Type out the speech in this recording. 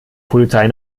polizei